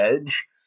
edge